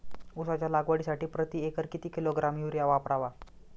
उसाच्या लागवडीसाठी प्रति एकर किती किलोग्रॅम युरिया वापरावा?